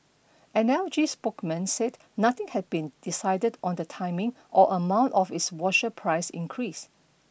an L G spokesman said nothing had been decided on the timing or amount of its washer price increase